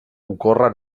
ocorre